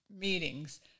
meetings